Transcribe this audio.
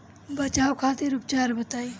बचाव खातिर उपचार बताई?